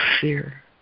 fear